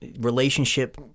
relationship